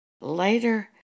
Later